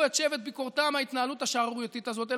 את שבט ביקורתם מההתנהלות השערורייתית הזאת.